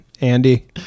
Andy